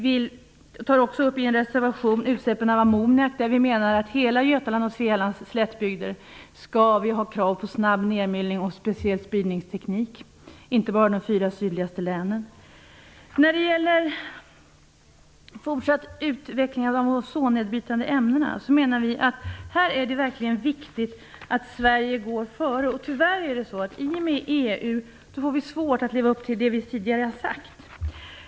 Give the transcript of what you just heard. Vi tar i en annan reservation upp utsläppen av ammoniak, och vi menar att det i hela Götalands och Svealands slättbygder - inte bara i de fyra sydligaste länen - skall finnas krav på snabb nedmyllning och speciell spridningsteknik. Det är verkligen viktigt att Sverige går före i fråga om den fortsatta utvecklingen av de ozonnedbrytande ämnena. Tyvärr får vi i och med EU-medlemskapet svårt att leva upp till det vi tidigare har sagt.